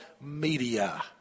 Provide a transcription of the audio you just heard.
media